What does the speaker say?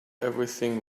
everything